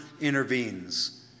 intervenes